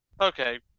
Okay